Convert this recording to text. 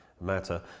matter